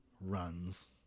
runs